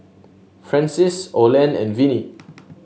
Francis Olen and Vinnie